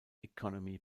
economy